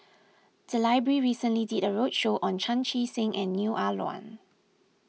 the library recently did a roadshow on Chan Chee Seng and Neo Ah Luan